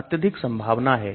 अत्यधिक संभावना है